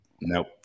Nope